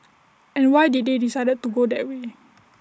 and why did they decide to go that way